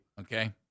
Okay